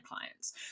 clients